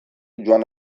joan